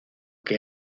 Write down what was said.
que